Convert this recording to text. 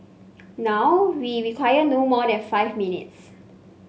now we require no more than five minutes